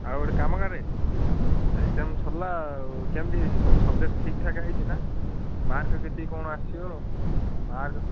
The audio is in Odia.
ଆଉ ଗୋଟେ କାମ କରେ ଏଗ୍ଜାମ୍ ସରଲା ଆଉ କେମତି ହେଇଛି ସବୁ ସଵଜେକ୍ଟ୍ ଠିକଠାକ୍ ହେଇଛି ନାଁ ମାର୍କ୍ କେତିକି କ'ଣ ଆସିବ ମାର୍କ୍